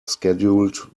scheduled